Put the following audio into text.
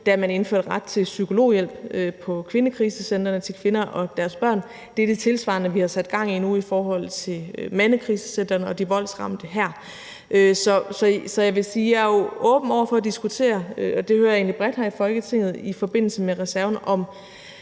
da man indførte ret til psykologhjælp på kvindekrisecentrene til kvinder og deres børn, og det er det tilsvarende, vi nu har sat i gang i forhold til mandekrisecentrene og de voldsramte her. Så jeg vil sige, at jeg er åben over for at diskutere – og det hører jeg egentlig at man er bredt her i Folketinget – om vi i forbindelse med reserven skal